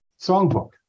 songbook